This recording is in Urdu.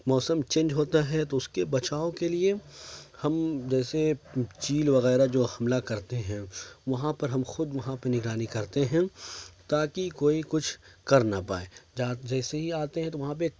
موسم چینج ہوتا ہے تو اس كے بچاؤ كے لیے ہم جیسے چیل وغیرہ جو حملہ کرتے ہیں وہاں پر ہم خود وہاں پہ نگرانی کرتے ہیں تا کہ کوئی کچھ کر نہ پائے جیسے ہی آتے ہیں تو وہاں پہ